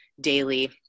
daily